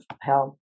help